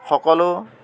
সকলো